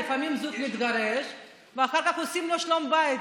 לפעמים זוג מתגרש ואחר כך עושים לו שלום בית,